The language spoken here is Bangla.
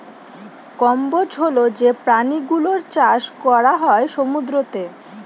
কম্বোজ হল যে প্রাণী গুলোর চাষ করা হয় সমুদ্রতে